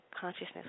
consciousness